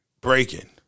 Breaking